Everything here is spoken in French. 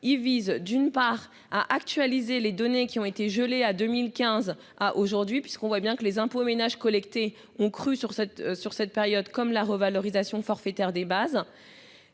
il vise d'une part à actualiser les données qui ont été gelés à 2015 à aujourd'hui, puisqu'on voit bien que les impôts ménages collectés ont cru sur cette, sur cette période, comme la revalorisation forfaitaire des bases.